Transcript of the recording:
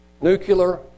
nuclear